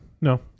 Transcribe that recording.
No